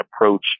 approach